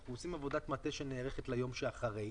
אנחנו עושים עבודת מטה שנערכת ליום שאחרי,